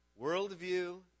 Worldview